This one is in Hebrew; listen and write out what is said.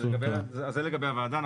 זה לגבי הוועדה.